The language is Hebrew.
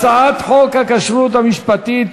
הצעת חוק הכשרות המשפטית